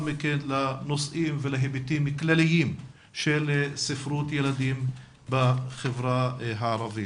מכן לנושאים ולהיבטים כלליים של ספרות ילדים בחברה הערבית.